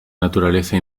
naturaleza